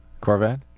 Corvette